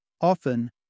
Often